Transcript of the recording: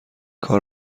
کار